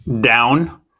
Down